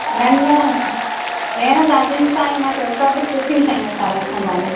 न न भेण तव्हां चिंता ई न कयो सभु सुठियूं शयूं रखंदा आहियूं